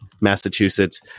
Massachusetts